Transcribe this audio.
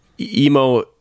emo